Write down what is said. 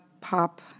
pop